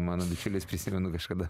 mano bičiulis prisimenu kažkada